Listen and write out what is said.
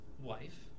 wife